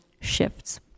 shifts